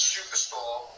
Superstore